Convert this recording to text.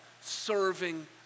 serving